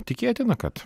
tikėtina kad